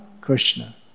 Krishna